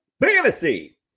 Fantasy